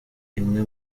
imwe